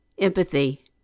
empathy